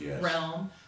realm